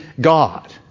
God